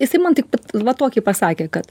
jisai man tik va tokį pasakė kad